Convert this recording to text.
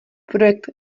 projekt